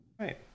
Right